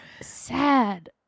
sad